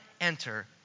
enter